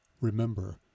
Remember